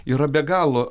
yra be galo